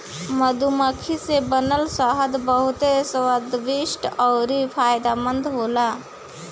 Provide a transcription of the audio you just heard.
मधुमक्खी से बनल शहद बहुत स्वादिष्ट अउरी फायदामंद होला